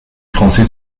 français